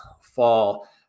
fall